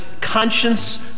conscience